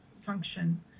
function